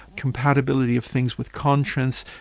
compatibility of things with conscience,